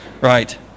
Right